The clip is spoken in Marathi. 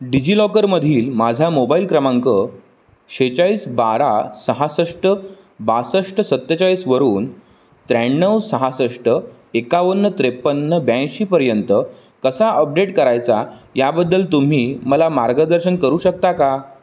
डिजि लॉकरमधील माझा मोबाईल क्रमांक शेहेचाळीस बारा सहासष्ट बासष्ट सत्तेचाळीसवरून त्र्याण्णव सहासष्ट एकावन्न त्रेपन्न ब्याऐंशीपर्यंत कसा अपडेट करायचा याबद्दल तुम्ही मला मार्गदर्शन करू शकता का